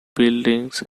buildings